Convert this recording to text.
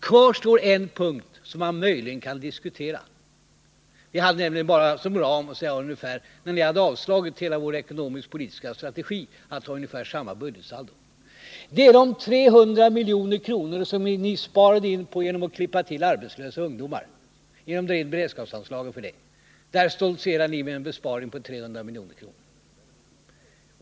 Kvar står en punkt som man möjligen kan diskutera — vi hade nämligen som ram, när ni avslagit hela vår ekonomisk-politiska strategi, att ha kvar samma budgetsaldo — och det är de 300 miljoner som ni sparade genom att klippa till arbetslösa ungdomar, då ni drog in anslaget till beredskapsarbete för ungdom. Där stoltserar ni med en besparing på 300 miljoner.